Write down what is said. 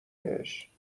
بهش